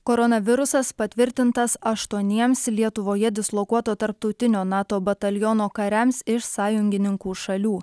koronavirusas patvirtintas aštuoniems lietuvoje dislokuoto tarptautinio nato bataliono kariams iš sąjungininkų šalių